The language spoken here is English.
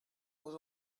was